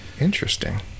interesting